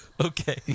Okay